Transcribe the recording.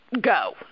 go